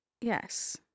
Yes